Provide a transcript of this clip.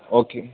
okay